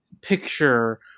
picture